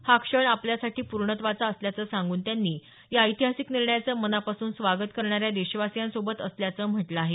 हा क्षण आपल्यासाठी पूर्णत्वाचा असल्याचं सांगून त्यांनी या ऐतिहासिक निर्णयाचं मनापासून स्वागत करणाऱ्या देशवासियांसोबत असल्याचं म्हटलं आहे